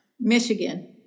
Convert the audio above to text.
michigan